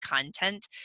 content